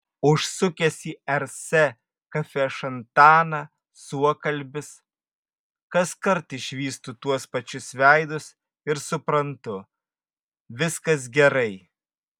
užsukęs į rs kafešantaną suokalbis kaskart išvystu tuos pačius veidus ir suprantu viskas gerai